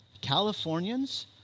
Californians